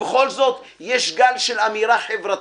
בכל זאת יש גל של אמירה חברתית,